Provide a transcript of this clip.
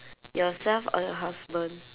yourself or your husband